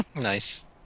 Nice